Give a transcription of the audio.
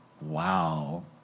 wow